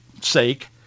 sake